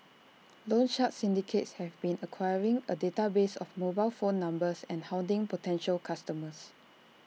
loan shark syndicates have been acquiring A database of mobile phone numbers and hounding potential customers